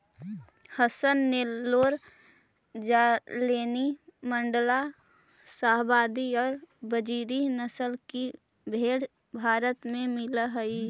हसन, नैल्लोर, जालौनी, माण्ड्या, शाहवादी और बजीरी नस्ल की भेंड़ भारत में मिलअ हई